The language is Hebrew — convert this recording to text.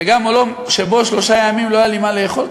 וגם עולם שבו שלושה ימים לא היה לי מה לאכול,